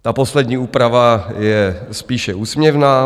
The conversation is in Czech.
Ta poslední úprava je spíše úsměvná.